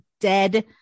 dead